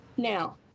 Now